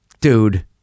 Dude